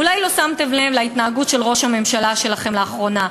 אולי לא שמתם לב להתנהגות של ראש הממשלה שלכם לאחרונה.